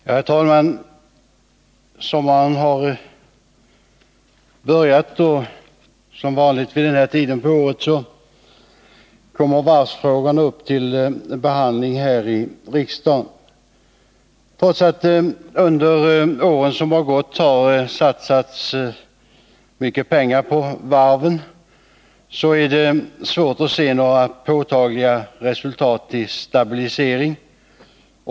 Herr talman! Sommaren har börjat, och som vanligt vid denna tid på året kommer varvsfrågorna upp till behandling i riksdagen. Trots att det under åren som gått har satsats mycket pengar på varven, är det svårt att se några påtagliga resultat i form av stabilisering.